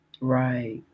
Right